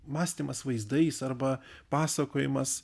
mąstymas vaizdais arba pasakojimas